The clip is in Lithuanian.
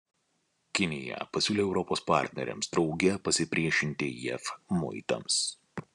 kinija pasiūlė europos partneriams drauge pasipriešinti jav muitams